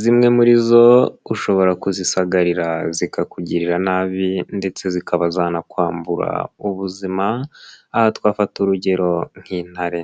zimwe muri zo ushobora kuzisagarira zikakugirira nabi ndetse zikaba zanakwambura ubuzima aha twafata urugero nk'intare.